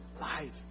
life